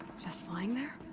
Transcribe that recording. just lying there?